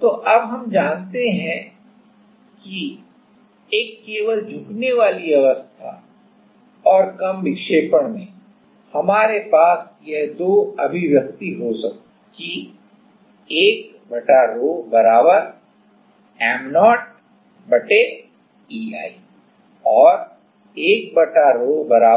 तो अब हम जानते हैं कि एक केवल झुकने वाली अवस्था और कम विक्षेपण में हमारे पास यह दो अभिव्यक्ति हो सकती है कि 1 ρ M0EI और 1 ρ